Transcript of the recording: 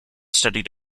studied